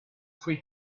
three